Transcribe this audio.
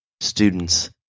students